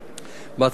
בהצעת חוק זו,